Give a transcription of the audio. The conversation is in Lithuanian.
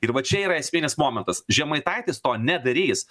ir va čia yra esminis momentas žemaitaitis to nedarys